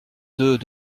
deux